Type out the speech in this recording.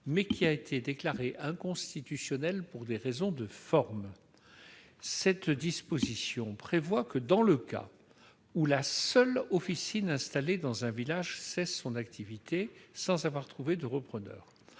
2020, qui a été déclarée inconstitutionnelle pour des raisons de forme. Cette disposition prévoit que, dans le cas où la seule officine installée dans un village cesse son activité sans qu'un repreneur